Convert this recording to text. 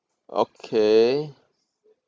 okay